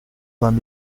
vingts